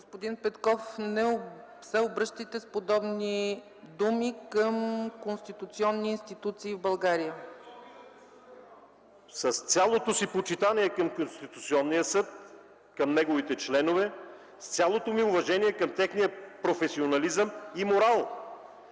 Господин Петков, не се обръщайте с подобни думи към конституционни институции в България. РУМЕН ПЕТКОВ: С цялото си почитание към Конституционния съд, към неговите членове, с цялото ми уважение към техния професионализъм и морал.